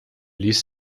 ließ